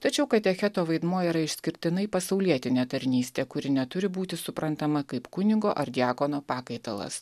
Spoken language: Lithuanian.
tačiau katecheto vaidmuo yra išskirtinai pasaulietinė tarnystė kuri neturi būti suprantama kaip kunigo ar diakono pakaitalas